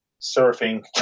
surfing